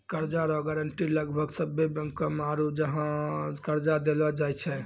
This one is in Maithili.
कर्जा रो गारंटी लगभग सभ्भे बैंको मे आरू जहाँ कर्जा देलो जाय छै